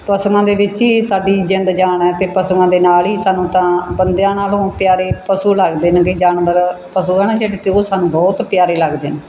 ਪਸ਼ੂਆਂ ਦੇ ਵਿੱਚ ਹੀ ਸਾਡੀ ਜਿੰਦ ਜਾਨ ਹੈ ਅਤੇ ਪਸ਼ੂਆਂ ਦੇ ਨਾਲ ਹੀ ਸਾਨੂੰ ਤਾਂ ਬੰਦਿਆਂ ਨਾਲੋਂ ਪਿਆਰੇ ਪਸ਼ੂ ਲੱਗਦੇ ਨੇਗੇ ਜਾਨਵਰ ਪਸ਼ੂ ਆ ਨਾ ਜਿਹੜੇ ਅਤੇ ਉਹ ਸਾਨੂੰ ਬਹੁਤ ਪਿਆਰੇ ਲੱਗਦੇ ਨੇ